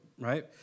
right